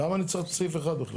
למה אני צריך את סעיף 1 בכלל?